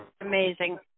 Amazing